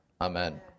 Amen